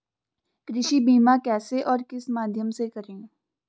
कृषि बीमा कैसे और किस माध्यम से करें?